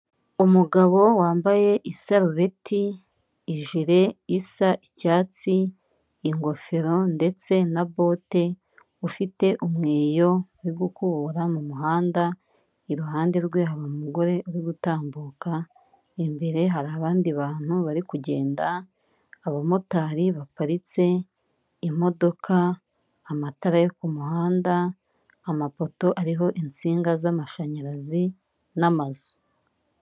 Umugabo wambaye isarubeti ijire isa icyatsi, ingofero ndetse na bote, ufite umweyo uri gukubura mu muhanda, iruhande rwe hari umugore uri gutambuka, imbere hari abandi bantu bari kugenda, abamotari baparitse, imodoka, amatara yo ku muhanda, amapoto ariho insinga z'mashanyarazi n'amazu.